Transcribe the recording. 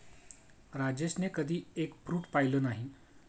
राजेशने कधी egg fruit पाहिलं नाही